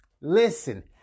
listen